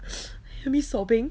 hear me sobbing